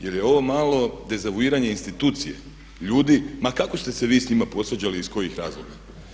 Jer je ovo malo dezavuiranje institucija, ljudi, ma kako ste se vi s njima posvađali i iz kojih razloga.